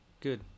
Good